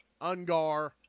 Ungar